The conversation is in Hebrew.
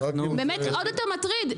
זה עוד יותר מטריד,